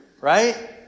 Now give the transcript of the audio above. right